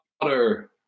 water